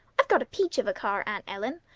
i've got a peach of a car, aunt ellen.